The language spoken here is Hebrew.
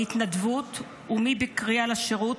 בהתנדבות או בקריאה לשירות,